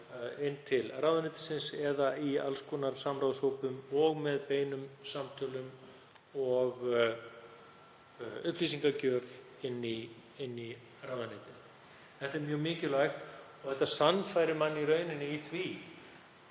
á vegum ráðuneytisins eða í alls konar samráðshópum og með beinum samtölum og upplýsingagjöf inn í ráðuneytið. Það er mjög mikilvægt og sannfærir mann í rauninni í því